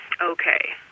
Okay